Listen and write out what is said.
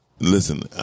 Listen